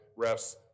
refs